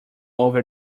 over